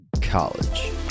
college